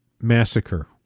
massacre